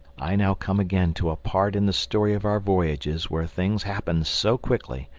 i now come again to a part in the story of our voyages where things happened so quickly,